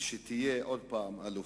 ושתהיה עוד פעם אלופה.